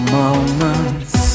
moments